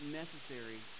necessary